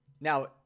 Now